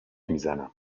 میزنم